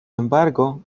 embargo